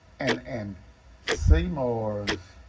and and seymour's